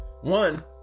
One